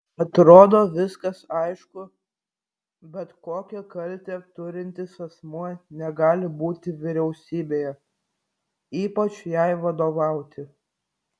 atrodo viskas aišku bet kokią kaltę turintis asmuo negali būti vyriausybėje ypač jai vadovauti